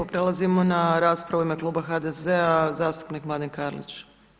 Prelazimo na raspravu i ime kluba HDZ-a zastupnik Mladen Karlić.